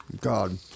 God